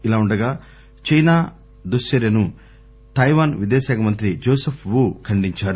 ఇలా ఉండగా చైనా ఈ దుశ్చర్యను తైవాన్ విదేశాంగ మంత్రి జోసెఫ్ ఊ ఖండించారు